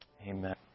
Amen